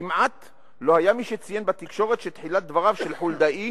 כמעט לא היה מי שציין בתקשורת שתחילת דבריו של חולדאי